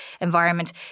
environment